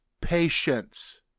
patience